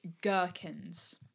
gherkins